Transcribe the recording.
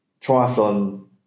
Triathlon